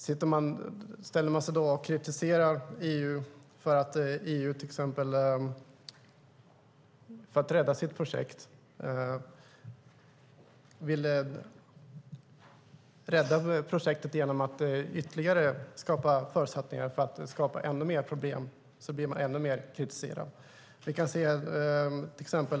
Säger man att EU vill rädda sitt projekt genom att skapa förutsättningar för ytterligare problem blir man ännu mer kritiserad.